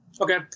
Okay